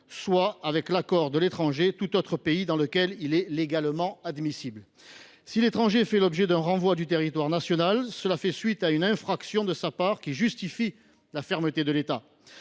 soit, avec l’accord de l’étranger, tout autre pays dans lequel il est légalement admissible. Si l’étranger fait l’objet d’un renvoi du territoire national, cela fait suite à une infraction de sa part qui justifie la fermeté de l’État.